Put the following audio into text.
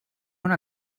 una